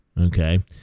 okay